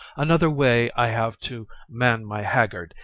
another way i have to man my haggard,